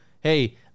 hey